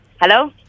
Hello